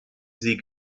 sie